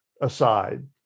aside